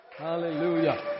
Hallelujah